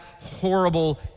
horrible